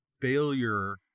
failure